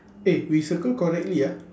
eh we circle correctly ah